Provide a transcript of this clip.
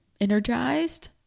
energized